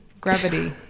gravity